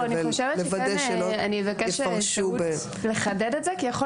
אני אבקש אפשרות לחדד את זה כי יכול